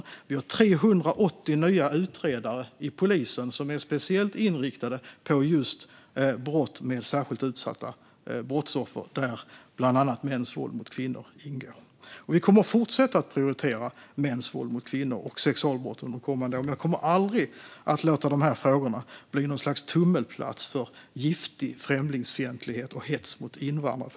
Polisen har 380 nya utredare som är speciellt inriktade på just brott med särskilt utsatta brottsoffer. Där ingår bland annat mäns våld mot kvinnor. Vi kommer under kommande år att fortsätta prioritera mäns våld mot kvinnor och sexualbrott. Men jag kommer aldrig att låta de här frågorna bli något slags tummelplats för giftig främlingsfientlighet och hets mot invandrare.